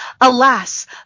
Alas